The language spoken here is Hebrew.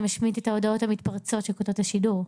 משמיט את ההודעות המתפרצות שקוטעות את השידור.